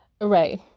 right